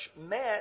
met